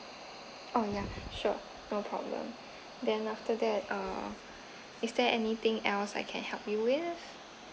oh ya sure no problem then after that uh is there anything else I can help you with